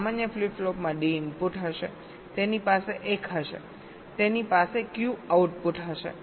સામાન્ય ફ્લિપ ફ્લોપમાં D input હશેતેની પાસે એક હશે તેની પાસે Q આઉટપુટ હશે